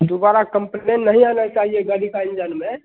दोबारा कम्प्लेन नहीं आना चाहिए गाड़ी का इंजन में